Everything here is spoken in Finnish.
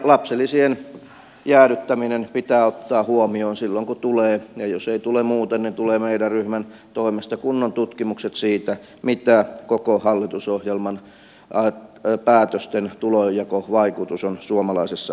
lapsilisien jäädyttäminen pitää ottaa huomioon silloin kun tulevat ja jos eivät tule muuten niin tulevat meidän ryhmän toimesta kunnon tutkimukset siitä mitä koko hallitusohjelman päätösten tulonjakovaikutus on suomalaisessa yhteiskunnassa